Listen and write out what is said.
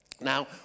Now